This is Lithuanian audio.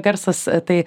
garsas tai